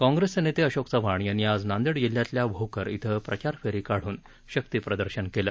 काँग्रेसचे नेते अशोक चव्हाण यांनी आज नांदेड जिल्ह्यातल्या भोकर इथं प्रचारफेरी काढून शक्ती प्रदर्शन केलं